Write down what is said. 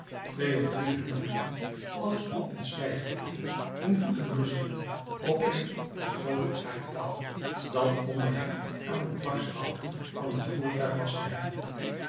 twee of drie hunner lieten als op een stijgbeugel hun voeten rusten op een van stroo gedraaid touw dat onder hen aan de dwarshouten van het voertuig was gehecht